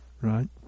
right